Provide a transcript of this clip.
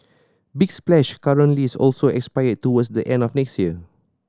big Splash current lease also expires towards the end of next year